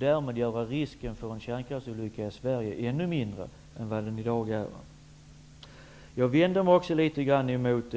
Därmed skulle risken för en kärnkraftsolycka i Sverige bli ännu mindre än som i dag är fallet. Vidare har jag en liten invändning mot